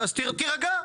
אז תירגע.